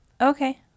Okay